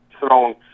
thrown